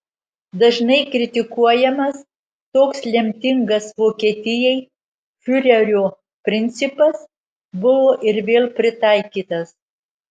dažnai kritikuojamas toks lemtingas vokietijai fiurerio principas buvo ir vėl pritaikytas